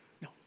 No